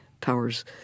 powers